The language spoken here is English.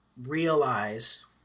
realize